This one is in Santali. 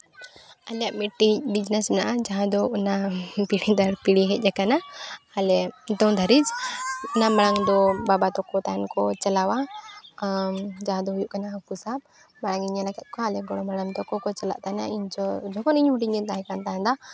ᱟᱞᱮᱭᱟᱜ ᱢᱤᱫᱴᱮᱱ ᱵᱤᱡᱽᱱᱮᱥ ᱢᱮᱱᱟᱜᱼᱟ ᱡᱟᱦᱟᱸ ᱫᱚ ᱚᱱᱟ ᱯᱤᱲᱦᱤ ᱛᱟᱭᱚᱢ ᱯᱤᱲᱦᱤ ᱦᱮᱡ ᱟᱠᱟᱱᱟ ᱟᱞᱮ ᱱᱤᱛᱚᱜ ᱫᱷᱟᱹᱨᱤᱡ ᱚᱱᱟ ᱢᱟᱲᱟᱝ ᱫᱚ ᱵᱟᱵᱟ ᱛᱟᱠᱚ ᱛᱟᱦᱮᱱ ᱠᱚ ᱪᱟᱞᱟᱣᱟ ᱡᱟᱦᱟᱸ ᱫᱚ ᱦᱩᱭᱩᱜ ᱠᱟᱱᱟ ᱦᱟᱹᱠᱩ ᱥᱟᱵ ᱢᱟᱲᱟᱝ ᱤᱧ ᱧᱮᱞ ᱟᱠᱟᱫ ᱠᱚᱣᱟ ᱟᱞᱮ ᱜᱚᱲᱚᱢ ᱦᱟᱲᱟᱢ ᱛᱟᱠᱚ ᱪᱟᱞᱟᱜ ᱛᱟᱦᱮᱱᱟ ᱤᱧ ᱡᱚᱠᱷᱚᱱ ᱤᱧ ᱦᱩᱰᱤᱧ ᱜᱮᱧ ᱛᱟᱦᱮᱸ ᱠᱟᱱ ᱛᱟᱦᱮᱱᱟ